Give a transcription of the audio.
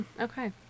Okay